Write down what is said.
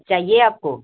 चाहिए आपको